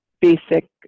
basic